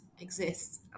exists